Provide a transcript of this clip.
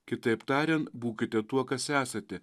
kitaip tariant būkite tuo kas esate